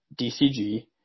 DCG